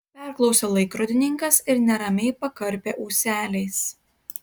perklausė laikrodininkas ir neramiai pakarpė ūseliais